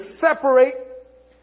separate